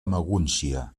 magúncia